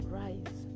rise